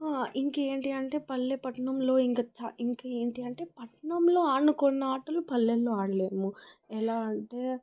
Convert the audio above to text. ఇంకేంటి అంటే పల్లె పట్టణంలో ఇంకా చా ఇంకేంటి అంటే పట్నంలో ఆలుకున్న ఆటలు పల్లెల్లో ఆడలేము ఎలా అంటే